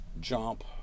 jump